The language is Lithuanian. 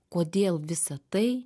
kodėl visa tai